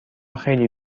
خیلی